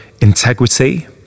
integrity